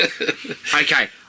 Okay